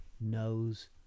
knows